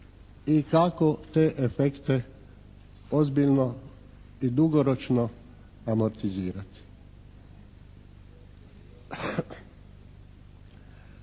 i kako te efekte ozbiljno i dugoročno amortizirati.